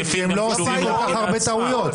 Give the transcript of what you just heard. כי הם לא עושים כל כך הרבה טעויות.